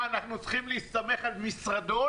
מה, אנחנו צריכים להסתמך על משרדון?